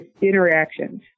interactions